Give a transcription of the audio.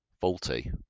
faulty